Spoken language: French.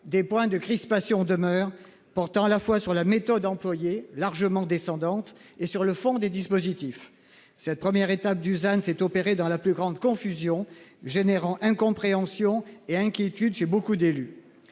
des points de crispations demeurent portant à la fois sur la méthode employée largement descendante et sur le fond des dispositifs. Cette première étape Dusan s'est opérée dans la plus grande confusion générant incompréhension et inquiétude chez beaucoup d'élus.